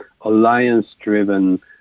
alliance-driven